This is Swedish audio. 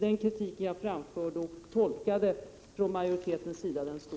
Den kritik jag framförde och tolkade från majoritetens sida står sig.